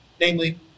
Namely